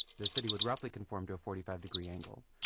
the city would roughly conform to a forty five degree angle,